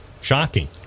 shocking